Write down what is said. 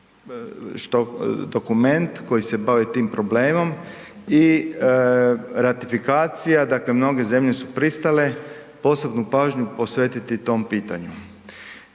dokument koji se bavi tim problemom i ratifikacija, dakle mnoge zemlje su pristale posebnu pažnju posvetiti tom pitanju.